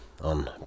on